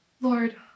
Lord